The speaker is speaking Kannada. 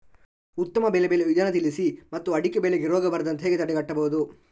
ಉತ್ತಮ ಬೆಳೆ ಬೆಳೆಯುವ ವಿಧಾನ ತಿಳಿಸಿ ಮತ್ತು ಅಡಿಕೆ ಬೆಳೆಗೆ ರೋಗ ಬರದಂತೆ ಹೇಗೆ ತಡೆಗಟ್ಟಬಹುದು?